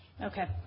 okay